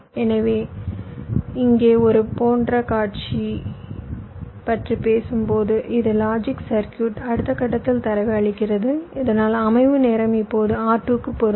எனவே இங்கே இது போன்ற ஒரு காட்சியைப் பற்றி பேசும்போது இந்த லாஜிக் சர்க்யூட் அடுத்த கட்டத்தில் தரவை அளிக்கிறது இதனால் அமைவு நேரம் இப்போது R2 க்கு பொருந்தும்